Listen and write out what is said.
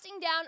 down